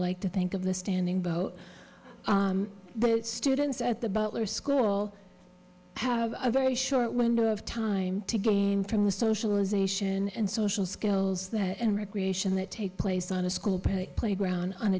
like to think of the standing boat students at the butler school have a very short window of time to gain from the socialization and social skills that and recreation that take place on a school playground on